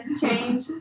change